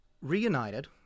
reunited